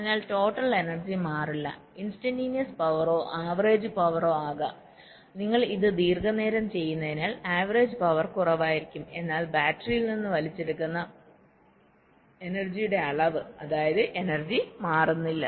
അതിനാൽ total energy മാറില്ല instantaneous പവറോ ആവറേജ് പവറോ ആകാം നിങ്ങൾ ഇത് ദീർഘനേരം ചെയ്യുന്നതിനാൽ ആവറേജ് പവർ കുറവായിരിക്കും എന്നാൽ ബാറ്ററിയിൽ നിന്ന് വലിച്ചെടുക്കുന്ന എനർജിയുടെ അളവ് അതായത് എനർജി മാറുന്നില്ല